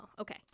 okay